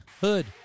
Hood